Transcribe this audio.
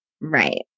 Right